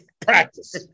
practice